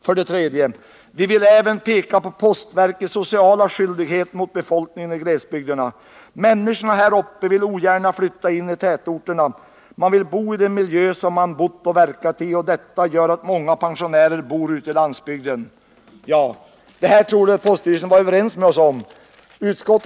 För det tredje pekade man på postverkets sociala skyldigheter mot befolkningen i glesbygderna. Människorna här uppe, skrev man, vill ogärna flytta in i tätorterna. De vill bo i den miljö som de verkat i, och det gör att många pensionärer bor ute på landsbygden, framhöll man. Det här torde poststyrelsen och utskottet vara överens med oss om.